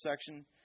section